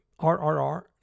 RRR